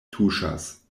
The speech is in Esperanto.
tuŝas